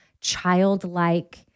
childlike